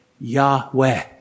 Yahweh